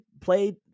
played